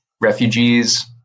refugees